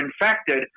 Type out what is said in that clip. infected